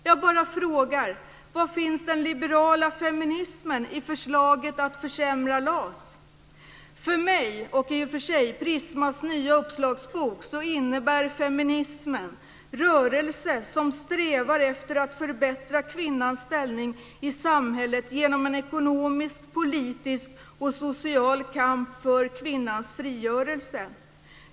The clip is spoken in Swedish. Jag bara frågar: Var finns den liberala feminismen i förslaget att försämra LAS? För mig, och i och för sig också för Prismas nya uppslagsbok, innebär feminismen en rörelse som strävar efter att förbättra kvinnans ställning i samhället genom en ekonomisk, politisk och social kamp för kvinnans frigörelse.